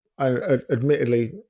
admittedly